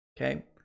okay